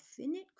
finite